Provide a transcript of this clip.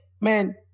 man